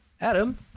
Adam